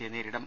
സിയെ നേരിടും